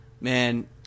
Man